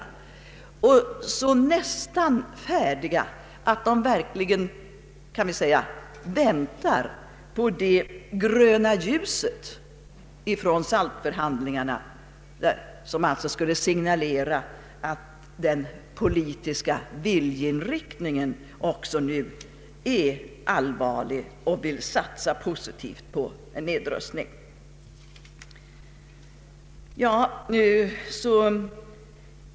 Flera förslag är nästan färdiga och väntar endast på det gröna ljuset från SALT-förhandlingarna, som alltså skulle signalera att den politiska viljeinriktningen nu är redo att satsa positivt på en nedrustning.